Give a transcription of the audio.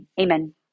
Amen